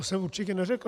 To jsem určitě neřekl.